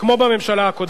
כמו בממשלה הקודמת.